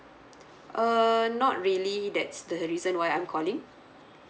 uh not really that's the reason why I'm calling